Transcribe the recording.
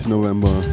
November